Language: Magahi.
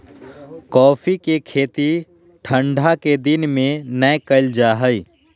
कॉफ़ी के खेती ठंढा के दिन में नै कइल जा हइ